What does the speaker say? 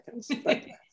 seconds